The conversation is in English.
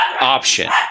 option